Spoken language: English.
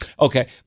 okay